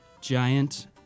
giant